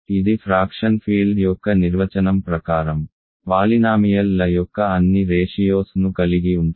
ఇది fraction field యొక్క నిర్వచనం ప్రకారం పాలినామియల్ ల యొక్క అన్ని రేషియోస్ ను కలిగి ఉంటుంది